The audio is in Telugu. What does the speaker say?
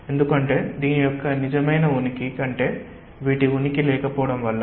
ఎందుకంటే దీని యొక్క నిజమైన ఉనికి కంటే వీటి ఉనికి లేకపోవడం వల్ల